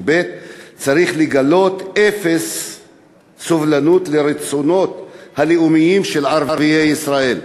ב': צריך לגלות אפס סובלנות לרצונות הלאומיים של ערביי ישראל.